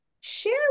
Share